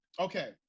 Okay